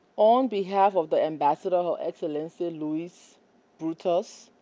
on behalf of the ambassador, her excellency, lois brutus,